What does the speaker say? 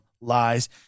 lies